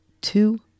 two